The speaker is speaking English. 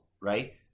right